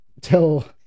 tell